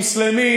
מוסלמי,